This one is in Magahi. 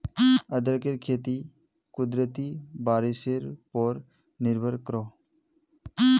अदरकेर खेती कुदरती बारिशेर पोर निर्भर करोह